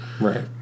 Right